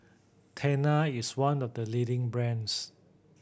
Tena is one of the leading brands